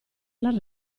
alla